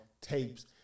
tapes